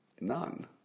None